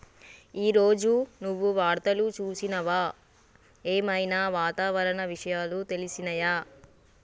ఈ రోజు నువ్వు వార్తలు చూసినవా? ఏం ఐనా వాతావరణ విషయాలు తెలిసినయా?